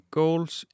goals